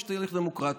יש תהליך דמוקרטי,